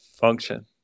function